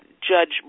Judge